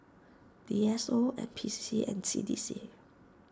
D S O N P C C and C D C